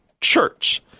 church